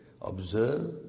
Observe